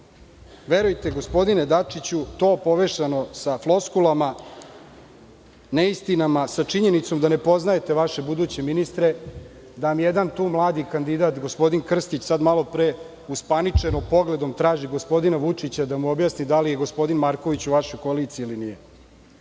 učesnik. Verujte gospodine Dačiću, to pomešano sa floskulama, neistinama, sa činjenicom da ne poznajete vaše buduće ministre, da jedan mladi kandidat, gospodin Krstić malopre uspaničeno pogledom traži gospodina Vučića, da mu objasni da li je gospodin Marković u vašoj koaliciji ili nije.